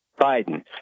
Biden